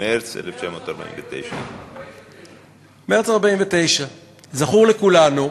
מרס 1949. מרס 1949. מרס 1949. זכור לכולנו,